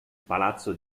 palazzo